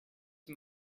him